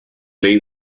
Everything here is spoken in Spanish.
ley